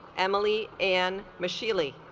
emily and mushy lee